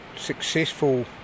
successful